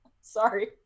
sorry